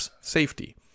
safety